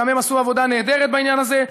גם הם עשו עבודה נהדרת בעניין הזה.